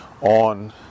on